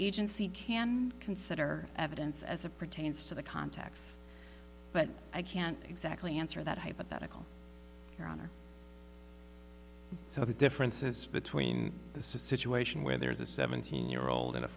agency can consider evidence as it pertains to the context but i can't exactly answer that hypothetical your honor so the differences between the situation where there's a seventeen year old and a